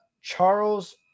Charles